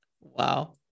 Wow